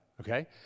Okay